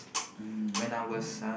mmhmm